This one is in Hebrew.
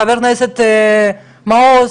חה"כ מעוז,